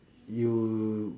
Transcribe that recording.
you